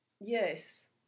yes